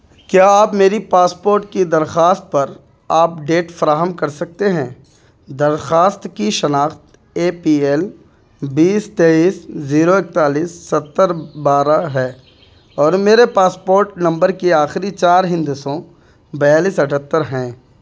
کیا آپ میری پاسپوٹ کی درخواست پر آپڈیٹ فراہم کر سکتے ہیں درخواست کی شناخت اے پی ایل بیس تیئس زیرو اکتالیس ستر بارہ ہے اور میرے پاسپوٹ نمبر کی آخری چار ہندسوں بیالیس اٹھہتر ہیں